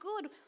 good